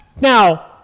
Now